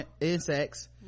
insects